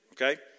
okay